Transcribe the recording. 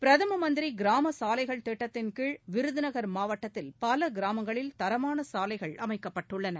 பிரதம மந்திரி கிராம சாலைகள் திட்டத்தின் கீழ் விருதுநகர் மாவட்டத்தில் பல கிராமங்களில் தரமான சாலைகள் அமைக்கப்பட்டுள்ளன